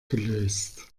gelöst